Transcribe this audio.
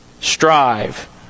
Strive